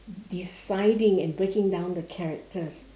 deciding and breaking down the characters